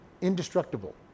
indestructible